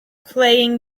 playing